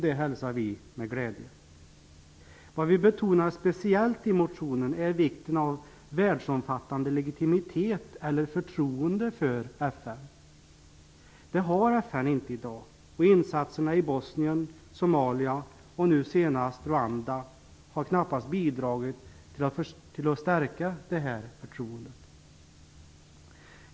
Det hälsar vi med glädje. Vi betonar speciellt i motionen vikten av världsomfattande legitimitet, förtroende, för FN. Det har inte FN i dag. Insatserna i Bosnien, Somalia och nu senast Rwanda har knappast bidragit till att stärka förtroendet.